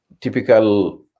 typical